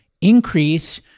increase